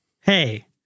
hey